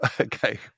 Okay